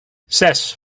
ses